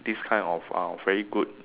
this kind of uh very good